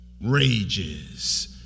rages